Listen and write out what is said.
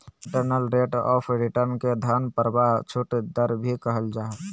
internal rate of return के धन प्रवाह छूट दर भी कहल जा हय